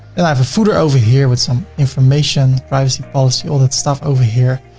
and i have a folder over here with some information, privacy policy, all that stuff over here.